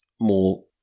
more